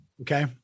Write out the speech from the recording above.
Okay